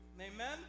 Amen